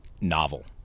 novel